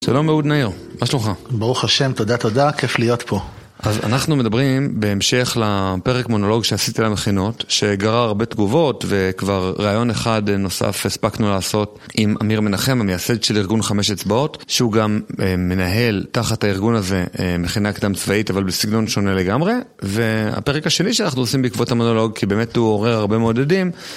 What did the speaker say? שלום אהוד נהיר, מה שלומך? ברוך השם, תודה תודה, כיף להיות פה. אז אנחנו מדברים בהמשך לפרק מונולוג שעשיתי למכינות, שגרה הרבה תגובות וכבר רעיון אחד נוסף הספקנו לעשות עם עמיר מנחם, המייסד של ארגון חמש אצבעות, שהוא גם מנהל תחת הארגון הזה מכינה קדם צבאית, אבל בסגנון שונה לגמרי. והפרק השני שאנחנו עושים בעקבות המונולוג, כי באמת הוא עורר הרבה מאוד הדים,